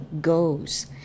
goes